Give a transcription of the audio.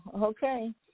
okay